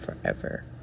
forever